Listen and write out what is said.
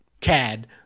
Cad